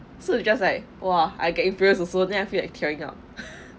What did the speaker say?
so you just like !wah! I get influenced also the I feel like tearing up